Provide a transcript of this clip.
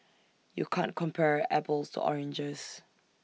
you can't compare apples to oranges